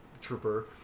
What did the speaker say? Trooper